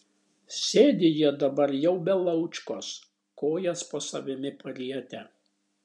sėdi jie dabar jau be laučkos kojas po savimi parietę